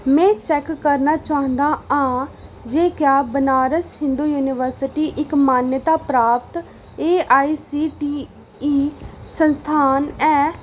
में चैक करना चांह्दा आं जे क्या बनारस हिंदू यूनिवर्सिटी इक मान्यता प्राप्त एआईसीटीई संस्थान ऐ